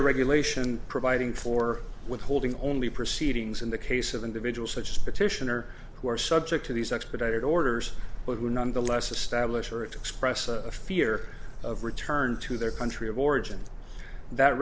a regulation providing for withholding only proceedings in the case of individuals such as petitioner who are subject to these expedited orders but who nonetheless establish or expressed a fear of return to their country of origin that